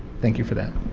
thank you for that.